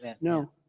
No